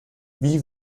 wie